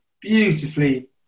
Beautifully